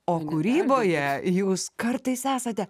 o kūryboje jūs kartais esate